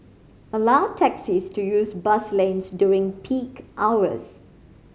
allow taxis to use bus lanes during peak hours